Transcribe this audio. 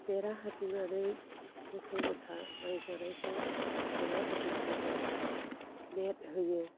बेरा होदिंनानै मोसौ मोसा माइ जानायखौ बेरा होदिं जोबो नेट होयो